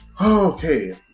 Okay